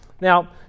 Now